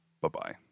Bye-bye